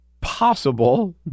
possible